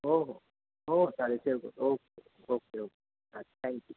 हो हो हो चालेल ओके ओके अच्छा थँक्यू